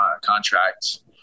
contracts